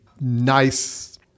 nice